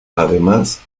además